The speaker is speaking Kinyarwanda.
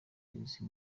izi